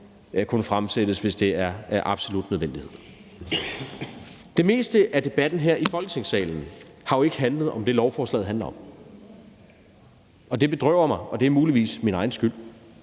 af og til ser, hvis det er absolut nødvendigt. Det meste af debatten her i Folketingssalen har jo ikke handlet om det, lovforslaget handler om, og det bedrøver mig, men det er muligvis min egen skyld.